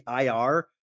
IR